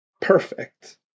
perfect